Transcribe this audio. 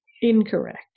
Incorrect